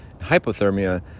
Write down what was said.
hypothermia